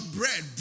bread